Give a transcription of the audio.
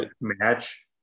match